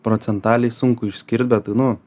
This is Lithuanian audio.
procentaliai sunku išskirti bet nu